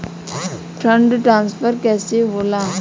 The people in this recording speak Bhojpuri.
फण्ड ट्रांसफर कैसे होला?